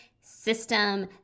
system